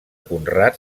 conrad